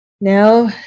now